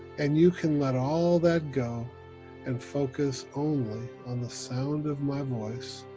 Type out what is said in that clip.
and you can let all that go and focus only on the sound of my voice,